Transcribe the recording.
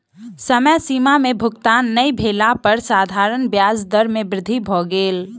समय सीमा में भुगतान नै भेला पर साधारण ब्याज दर में वृद्धि भ गेल